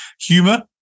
Humor